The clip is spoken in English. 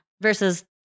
versus